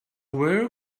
where